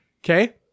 Okay